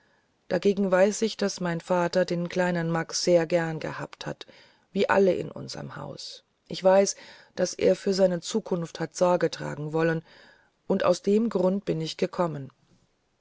dagegen weiß ich daß mein vater den kleinen max sehr gern gehabt hat wie alle in unserem hause ich weiß daß er für seine zukunft hat sorge tragen wollen und aus dem grunde bin ich gekommen